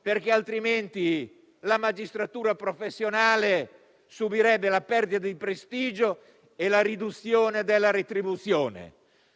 perché altrimenti la magistratura professionale subirebbe la perdita di prestigio e la riduzione della retribuzione.